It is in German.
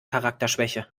charakterschwäche